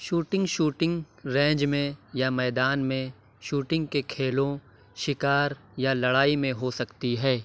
shooting shooting range میں یا میدان میں شوٹنگ کے کھیلوں شکار یا لڑائی میں ہو سکتی ہے